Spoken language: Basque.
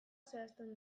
zehazten